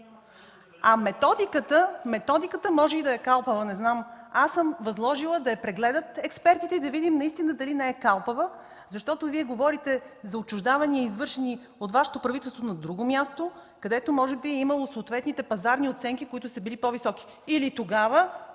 А методиката може и да е калпава, не знам. Аз съм възложила да я прегледат експертите и да видим наистина дали не е калпава, защото Вие говорите за отчуждавания, извършени от Вашето правителство на друго място, където може би е имало съответните пазарни оценки, които са били по-високи. Тогава